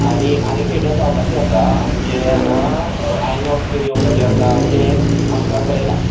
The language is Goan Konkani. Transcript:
आनी आनी थिएटर जावपाचे आसा आमचे हांगा आयनोक्स बीन येवपाचे आसा अशें आमकां कळयलां